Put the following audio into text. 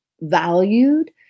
valued